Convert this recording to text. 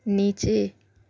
نیچے